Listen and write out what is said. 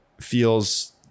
feels